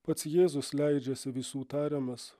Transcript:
pats jėzus leidžiasi visų tariamas